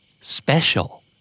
special